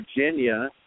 Virginia